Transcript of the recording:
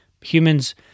Humans